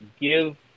give